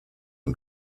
and